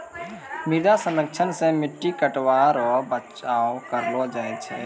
मृदा संरक्षण से मट्टी कटाव रो बचाव करलो जाय